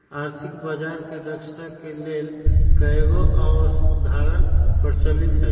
आर्थिक बजार के दक्षता के लेल कयगो अवधारणा प्रचलित हइ